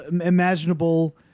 imaginable